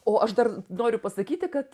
o aš dar noriu pasakyti kad